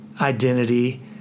identity